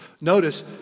Notice